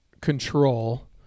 control